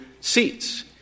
seats